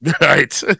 Right